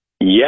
Yes